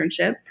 internship